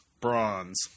Bronze